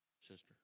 sister